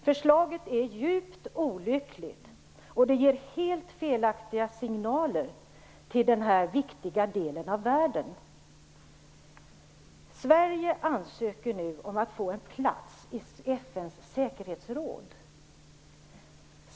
Förslaget är djupt olyckligt, och det ger helt felaktiga signaler till denna viktiga del av världen. Sverige ansöker nu om att få en plats i FN:s säkerhetsråd.